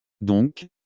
Donc